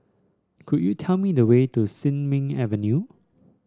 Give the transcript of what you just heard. could you tell me the way to Sin Ming Avenue